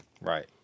Right